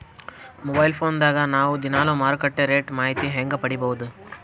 Mobile phone ದಾಗ ನಾವು ದಿನಾಲು ಮಾರುಕಟ್ಟೆ ರೇಟ್ ಮಾಹಿತಿ ಹೆಂಗ ಪಡಿಬಹುದು?